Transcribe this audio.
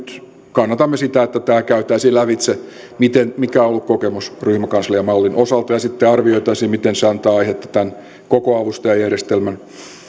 kannatamme sitä että käytäisiin lävitse se mikä on ollut kokemus ryhmäkansliamallin osalta ja sitten arvioitaisiin miten se antaa aihetta tämän koko avustajajärjestelmän